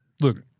look